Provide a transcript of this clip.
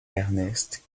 ernest